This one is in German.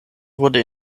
wurde